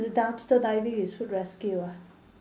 dumpster diving is food rescue ah